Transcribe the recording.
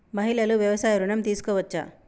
మహిళలు వ్యవసాయ ఋణం తీసుకోవచ్చా?